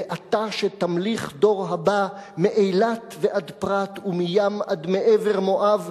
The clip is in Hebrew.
ואתה שתמליך דור הבא:/ מאילת עד פרת ומים עד מעבר מואב,